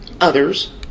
others